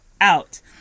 Out